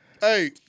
Hey